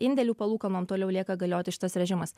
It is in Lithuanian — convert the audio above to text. indėlių palūkanom toliau lieka galioti šitas režimas